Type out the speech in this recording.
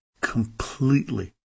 completely